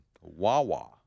Wawa